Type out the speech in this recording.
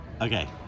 Okay